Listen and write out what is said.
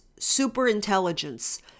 superintelligence